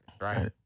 right